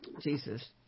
Jesus